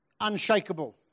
unshakable